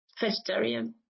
vegetarian